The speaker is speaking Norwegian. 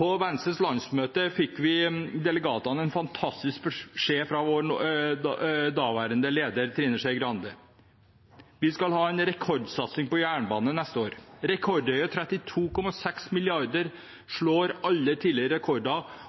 På Venstres landsmøte fikk vi delegater en fantastisk beskjed fra vår daværende leder, Trine Skei Grande: Vi skal ha en rekordsatsing på jernbane neste år. Rekordhøye 32,6 mrd. kr slår alle tidligere rekorder